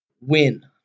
win